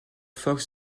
fox